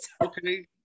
Okay